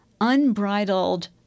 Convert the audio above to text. unbridled